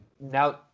now